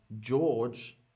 George